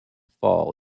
fall